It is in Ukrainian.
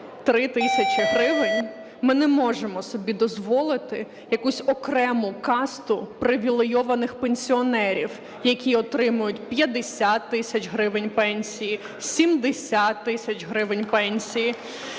3 тисячі гривень, ми не можемо собі дозволити якусь окрему касту привілейованих пенсіонерів, які отримують 50 тисяч гривень пенсії, 70 тисяч гривень пенсії.